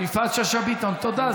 יפעת שאשא ביטון, תודה.